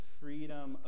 freedom